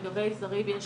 לגבי זרים יש